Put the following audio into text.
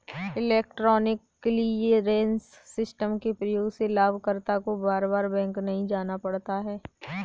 electronic clearance system के प्रयोग से लाभकर्ता को बार बार बैंक नहीं जाना पड़ता है